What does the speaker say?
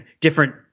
different—